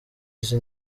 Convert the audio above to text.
izi